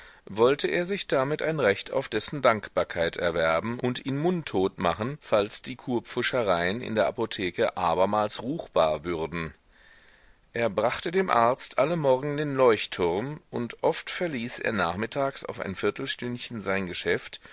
wollte er sich damit ein recht auf dessen dankbarkeit erwerben und ihn mundtot machen falls die kurpfuschereien in der apotheke abermals ruchbar würden er brachte dem arzt alle morgen den leuchtturm und oft verließ er nachmittags auf ein viertelstündchen sein geschäft